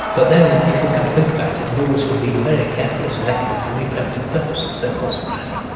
but then, if you come to think about it, bulls have been very carefully selective for reproductive purposes, so it's not surprising.